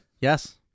Yes